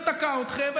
זה אנחנו.